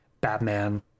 Batman